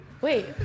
Wait